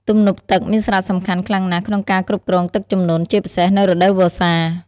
ទំនប់ទឹកមានសារៈសំខាន់ខ្លាំងណាស់ក្នុងការគ្រប់គ្រងទឹកជំនន់ ជាពិសេសនៅរដូវវស្សា។